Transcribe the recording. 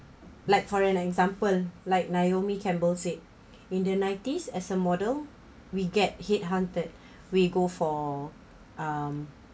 like for an example like naomi campbell said in the nineties as a model we get head hunted we go for um